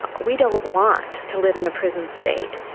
we don't want to live in a prison state.